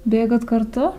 bėgot kartu